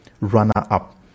runner-up